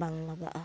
ᱵᱟᱝ ᱞᱟᱜᱟᱜᱼᱟ